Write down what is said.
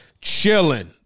chilling